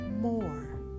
more